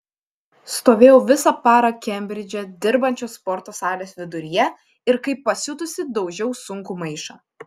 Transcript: stovėjau visą parą kembridže dirbančios sporto salės viduryje ir kaip pasiutusi daužiau sunkų maišą